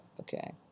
Okay